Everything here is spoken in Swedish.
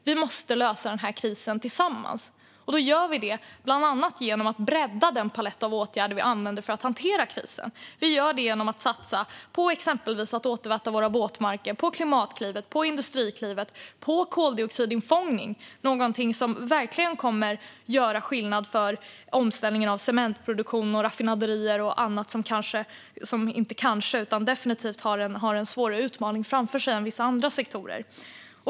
Vi måste lösa den här krisen tillsammans, och det gör vi bland annat genom att bredda den palett av åtgärder som vi använder för att hantera krisen. Vi gör det exempelvis genom att satsa på att återväta våra våtmarker, på Klimatklivet, på Industriklivet och på koldioxidinfångning, någonting som verkligen kommer att göra skillnad för omställningen av cementproduktion, raffinaderier och annat som definitivt har en svårare utmaning framför sig än vissa andra sektorer.